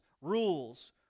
rules